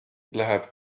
läheb